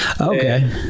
Okay